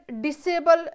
disable